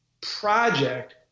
project